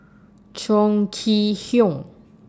Chong Kee Hiong